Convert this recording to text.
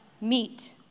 meet